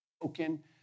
broken